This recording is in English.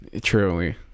Truly